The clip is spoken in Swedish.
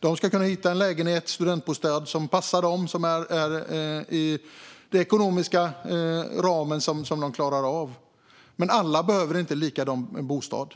De ska kunna hitta en lägenhet, en studentbostad, som passar dem inom den ekonomiska ram som de klarar av. Men alla behöver inte en likadan bostad.